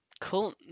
Cool